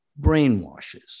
brainwashes